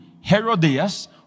Herodias